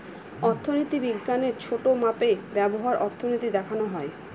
অর্থনীতি বিজ্ঞানের ছোটো মাপে ব্যবহার অর্থনীতি দেখানো হয়